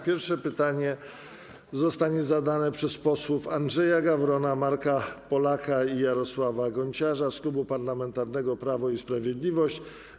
Pierwsze pytanie zostanie zadane przez posłów Andrzeja Gawrona, Marka Polaka i Jarosława Gonciarza z Klubu Parlamentarnego Prawo i Sprawiedliwość.